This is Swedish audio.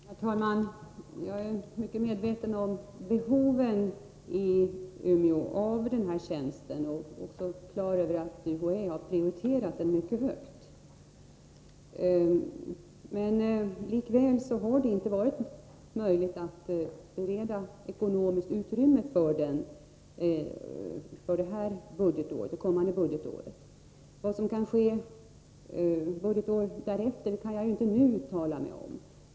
Herr talman! Jag är mycket medveten om behovet av den här tjänsten i Umeå, och jag är också klar över att UHÄ har prioriterat den mycket högt. Men likväl har det inte varit möjligt att bereda ekonomiskt utrymme för tjänsten när det gäller det kommande budgetåret. Vad som kan ske budgetåret därefter kan jag inte nu uttala mig om.